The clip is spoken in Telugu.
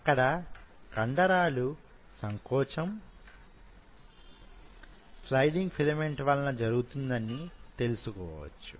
అక్కడ కండరాల సంకోచం స్లయిడింగ్ ఫిలమెంట్ వలన జరుగుతుందని తెలుసుకోవచ్చు